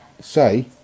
say